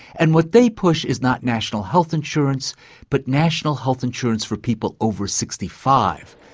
and what they push is not national health insurance but national health insurance for people over sixty five,